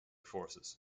forces